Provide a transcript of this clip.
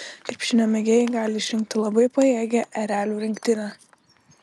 krepšinio mėgėjai gali išrinkti labai pajėgią erelių rinktinę